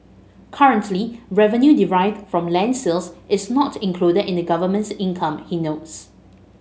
currently revenue derived from land sales is not included in the government's income he notes